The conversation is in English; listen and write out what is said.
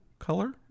color